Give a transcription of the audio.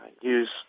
use